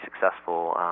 successful